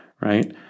right